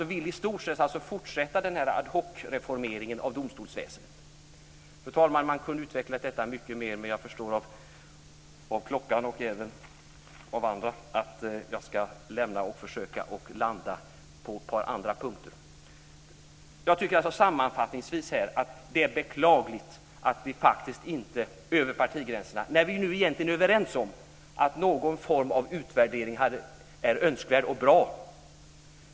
Man vill i stort sett fortsätta ad hocreformeringen av domstolsväsendet. Fru talman! Jag kunde utveckla detta mycket mer, men jag förstår av klockan och även av andra skäl att jag ska försöka landa på ett par andra punkter. Sammanfattningsvis är det beklagligt att vi inte är överens över partigränserna. Vi är ju överens om att någon form av utvärdering är önskvärd och bra.